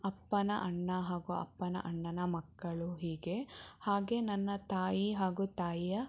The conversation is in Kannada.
ಅಪ್ಪನ ಅಣ್ಣ ಹಾಗೂ ಅಪ್ಪನ ಅಣ್ಣನ ಮಕ್ಕಳು ಹೀಗೆ ಹಾಗೆ ನನ್ನ ತಾಯಿ ಹಾಗೂ ತಾಯಿಯ